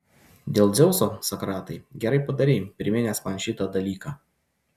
dėl dzeuso sokratai gerai padarei priminęs man šitą dalyką